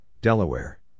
Delaware